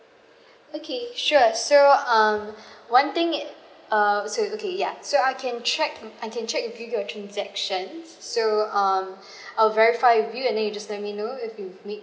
okay sure so um one thing err so okay ya so I can check mm I can check with you your transaction so um I'll verify with you and you just let me know if you make